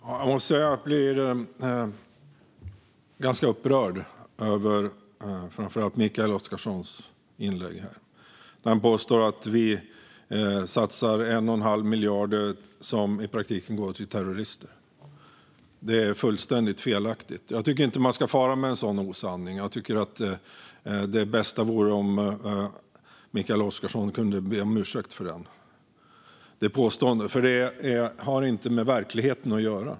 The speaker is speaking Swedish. Fru talman! Jag måste säga att jag blir ganska upprörd över framför allt Mikael Oscarssons inlägg här. Han påstår att vi satsar 1 1⁄2 miljard kronor som i praktiken går till terrorister. Det är fullständigt felaktigt. Jag tycker inte att man ska fara med en sådan osanning. Jag tycker att det bästa vore om Mikael Oscarsson kunde be om ursäkt för det påståendet, för det har inte med verkligheten att göra.